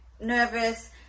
nervous